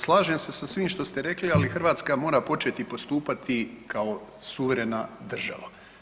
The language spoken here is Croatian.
Slažem se sa svim što rekli, ali Hrvatska mora početi postupati kao suverena država.